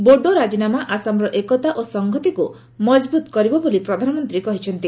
ବୋଡୋ ରାଜିନାମା ଆସାମର ଏକତା ଓ ସଂହତିକୁ ମଜବୁତ କରିବ ବୋଲି ପ୍ରଧାନମନ୍ତ୍ରୀ କହିଚ୍ଚନ୍ତି